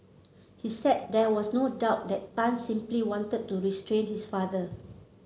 he said there was no doubt that Tan simply wanted to restrain his father